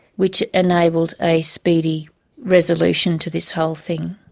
which enabled a speedy resolution to this whole thing.